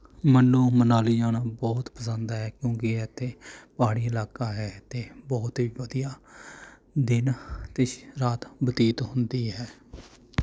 ਮੈਨੂੰ ਮਨਾਲੀ ਜਾਣਾ ਬਹੁਤ ਪਸੰਦ ਹੈ ਕਿਉਂਕਿ ਇੱਥੇ ਪਹਾੜੀ ਇਲਾਕਾ ਹੈ ਅਤੇ ਬਹੁਤ ਹੀ ਵਧੀਆ ਦਿਨ ਅਤੇ ਰਾਤ ਬਤੀਤ ਹੁੰਦੀ ਹੈ